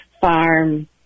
farm